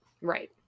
Right